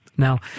Now